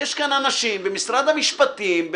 יש כאן אנשים במשרד המשפטים,